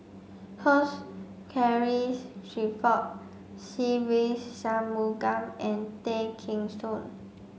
Hugh Charles Clifford Se Ve Shanmugam and Tay Kheng Soon